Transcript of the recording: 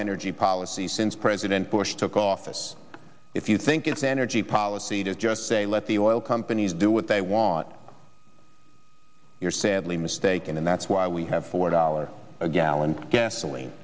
energy policy since president bush took office if you think it's energy policy to just say let the oil companies do what they want you're sadly mistaken and that's why we have four dollars a gallon gasoline